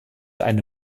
eine